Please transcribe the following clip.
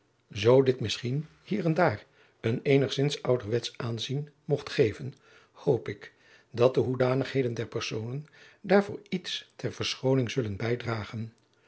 zoo dit misschien hier en daar een eenigzins ouderwetsch aanzien mogt geven hoop ik dat de hoedanigheden der personen daarvoor iets ter verschooning zullen bijdragen